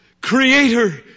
Creator